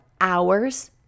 hours